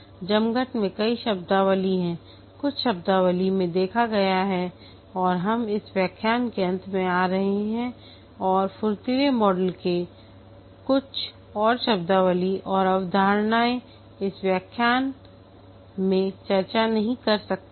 जमघट में कई शब्दावली हैं कुछ शब्दावली में देखा गया है और हम इस व्याख्यान के अंत में आ रहे हैं और फुर्तीले मॉडल में कुछ और शब्दावली और अवधारणाएं इस व्याख्यान में चर्चा नहीं कर सकती हैं